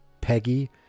Peggy